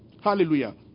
Hallelujah